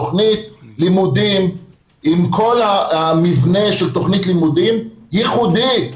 תוכנית לימודים עם כל המבנה של תוכנית לימודים ייחודית,